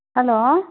hello